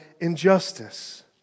injustice